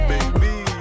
Baby